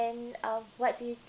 um what do you